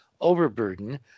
overburden